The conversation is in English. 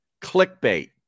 Clickbait